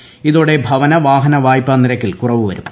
കുതോടെ ഭവന വാഹന വായ്പാ നിരക്കിൽ കുറവ് വരും